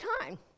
time